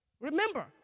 Remember